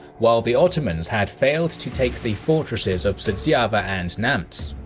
while the ottomans had failed to take the fortresses of suceava and neamt.